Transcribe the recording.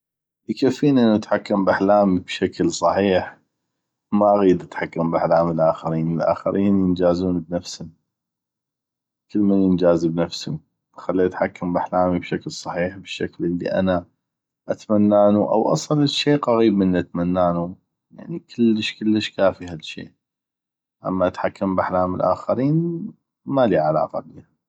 يكفين انو نتحكم ب احلامي بشكل صحيح ما اغيد اتحكم ب احلام الاخرين الاخرين ينجازون بنفسم كلمن ينجاز بنفسو خلي اتحكم باحلامي بشكل صحيح بالشكل اللي انا اتمنانو اوواصل شي قغيب من اللي اتمنانو يعني كلش كلش كافي هالشي اما اتحكم باحلام الاخرين ما لي علاقه بيهم